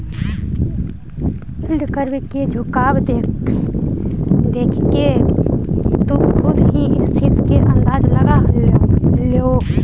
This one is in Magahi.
यील्ड कर्व के झुकाव देखके तु खुद ही स्थिति के अंदाज लगा लेओ